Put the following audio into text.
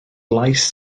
lais